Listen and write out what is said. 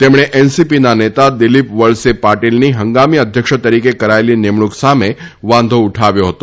તેમણે એનસીપીના નેતા દિલીપ વળસે પાટીલની હંગામી અધ્યક્ષ તરીકે કરાચેલી નિમણૂંક સામે વાંધો ઉઠાવ્યો હતો